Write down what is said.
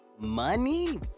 Money